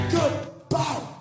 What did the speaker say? Goodbye